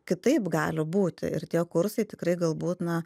kitaip gali būti ir tie kursai tikrai galbūt na